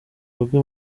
nubwo